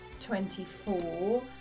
twenty-four